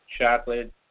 chocolate